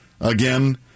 Again